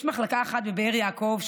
יש מחלקה אחת בבאר יעקב,